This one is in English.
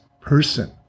person